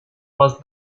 was